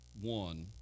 one